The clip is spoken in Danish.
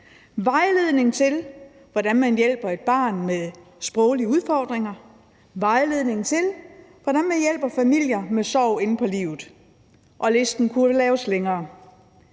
vejledning til, hvordan man hjælper et barn med sproglige udfordringer; vejledning til, hvordan man hjælper familier med sorg inde på livet. Og listen kunne laves længere.